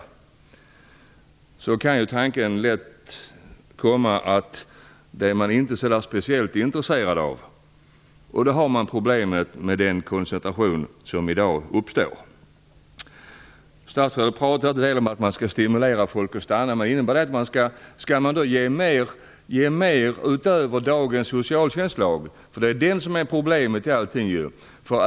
Då kanske han eller hon inte är speciellt intresserad av det. Då uppstår problemet med den koncentration som finns i dag. Statsrådet pratar en del om att man skall stimulera människor att stanna. Innebär det att de skall få mer än vad som ges med dagens socialtjänstlag? Det är den som är problemet i detta sammanhang.